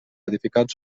edificats